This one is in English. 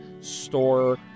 store